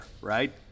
right